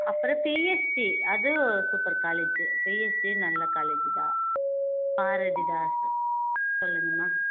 அப்புறம் பிஎஸ்ஜி அது super college பிஎஸ்ஜியும் காலேஜ் தான் பாரதிதாசன் சொல்லுங்கம்மா